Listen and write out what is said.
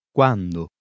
Quando